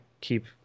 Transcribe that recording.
keep